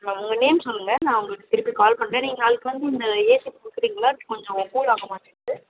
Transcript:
அப்புறம் உங்கள் நேம் சொல்லுங்கள் நான் உங்களுக்கு திருப்பி கால் பண்ணுறேன் நீங்கள் நாளைக்கு வந்து இந்த ஏசி கொடுக்குறீங்களா கொஞ்சம் கூல் ஆக மாட்டேங்கிது